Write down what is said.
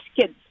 kids